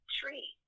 tree